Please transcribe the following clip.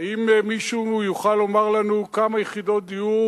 האם מישהו יוכל לומר לנו כמה יחידות דיור